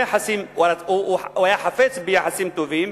הוא היה חפץ ביחסים טובים,